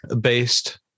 based